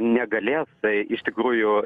negalės iš tikrųjų